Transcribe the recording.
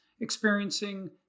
experiencing